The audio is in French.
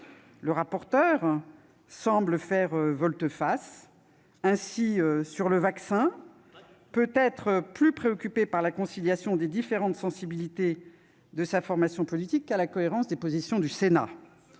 le rapporteur semble faire volte-face, notamment sur le vaccin. Pas du tout ! Peut-être est-il plus préoccupé par la conciliation des différentes sensibilités de sa formation politique que par la cohérence des positions du Sénat